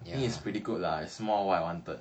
you know it's pretty good lah it's more of what I wanted